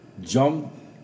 jump